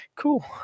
Cool